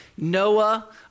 Noah